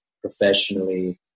professionally